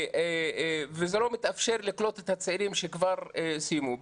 לא מתאפשר לקלוט את הצעירים שכבר סיימו.